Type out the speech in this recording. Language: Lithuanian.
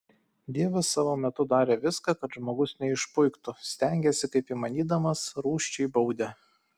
dievas savo metu darė viską kad žmogus neišpuiktų stengėsi kaip įmanydamas rūsčiai baudė